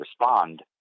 respond